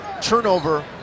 turnover